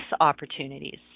opportunities